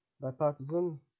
bipartisan